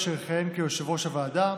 אשר יכהן כיושב-ראש הוועדה,